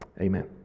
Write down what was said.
Amen